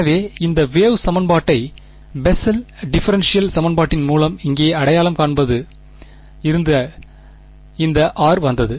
எனவே இந்த வேவ் சமன்பாட்டை பெசல் டிஃபரென்ஷியல் சமன்பாட்டின் மூலம் இங்கே அடையாளம் காண்பதில் இருந்து இந்த r வந்தது